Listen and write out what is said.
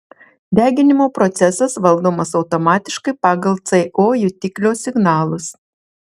deginimo procesas valdomas automatiškai pagal co jutiklio signalus